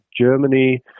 Germany